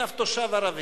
אין אף תושב ערבי.